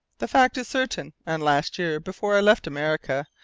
the fact is certain, and last year, before i left america,